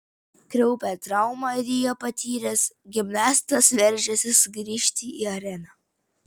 kraupią traumą rio patyręs gimnastas veržiasi sugrįžti į areną